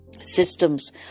systems